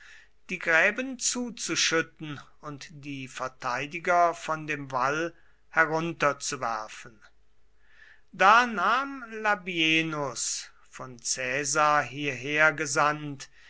die gräben zuzuschütten und die verteidiger von dem wall herunterzuwerfen da nahm labienus von caesar hierher gesandt